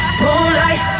moonlight